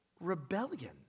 rebellion